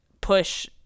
push